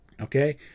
Okay